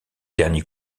dernier